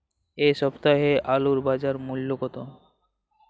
এ সপ্তাহের আলুর বাজার মূল্য কত?